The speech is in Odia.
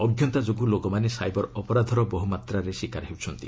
ଅଜ୍ଞତା ଯୋଗୁଁ ଲୋକମାନେ ସାଇବର ଅପରାଧର ବହୁମାତ୍ରାରେ ଶିକାର ହେଉଛନ୍ତି